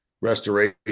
restoration